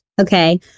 okay